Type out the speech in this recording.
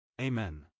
Amen